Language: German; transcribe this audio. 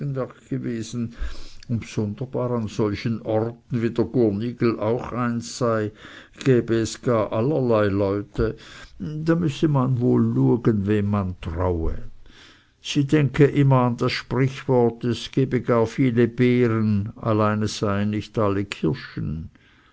gewesen und bsunderbar an solchen orten wie der gurnigel auch eins sei gebe es gar allerlei leute da müsse man wohl luegen wem man traue sie denke immer an das sprichwort es gebe gar viel beeren allein es seien nicht alle kirschen